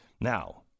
Now